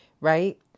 right